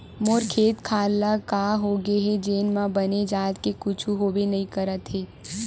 मोर खेत खार ल का होगे हे जेन म बने जात के कुछु होबे नइ करत हे